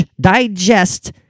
digest